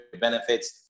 benefits